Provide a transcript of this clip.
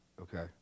okay